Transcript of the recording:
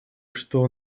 что